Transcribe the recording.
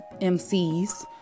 MCs